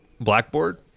blackboard